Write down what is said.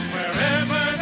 Wherever